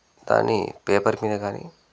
దాన్ని పేపర్ మీద కానీ